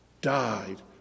died